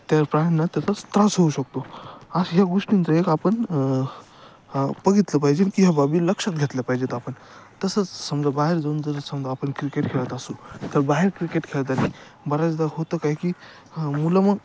त्या प्राण्यांना त्याचाच त्रास होऊ शकतो अशा ह्या गोष्टींचं एक आपण बघितलं पाहिजे की ह्या बाबी लक्षात घेतल्या पाहिजेत आपण तसंच समजा बाहेर जाऊन जर समजा आपण क्रिकेट खेळत असू तर बाहेर क्रिकेट खेळताना बऱ्याचदा होतं काय की मुलं मग